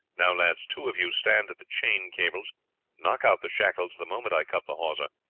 now, lads, two of you stand at the chain cables knock out the shackles the moment i cut the hawser.